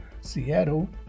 Seattle